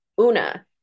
Una